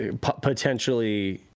potentially